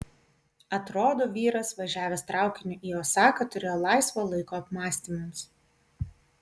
atrodo vyras važiavęs traukiniu į osaką turėjo laisvo laiko apmąstymams